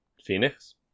Phoenix